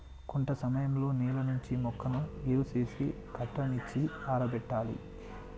కొంత సమయంలో నేల నుండి మొక్కను ఏరు సేసి కట్టనిచ్చి ఆరబెట్టాలి